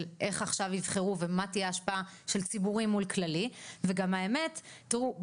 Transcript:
של איך עכשיו יבחרו ומה תהיה ההשפעה של ציבורי מול כללי וגם האמת תראו,